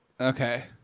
Okay